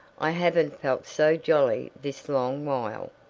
i haven't felt so jolly this long while.